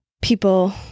people